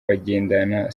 bagendana